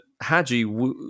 Hadji